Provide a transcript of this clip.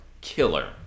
killer